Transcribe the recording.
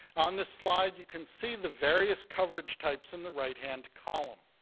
on this slide you can see the various coverage types in the right-hand column.